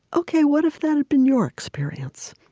ok, what if that had been your experience?